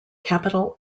capital